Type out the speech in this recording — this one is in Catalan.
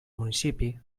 municipi